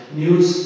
news